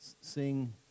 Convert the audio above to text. sing